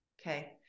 okay